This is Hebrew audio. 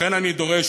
לכן אני דורש,